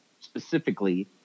specifically